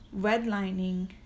redlining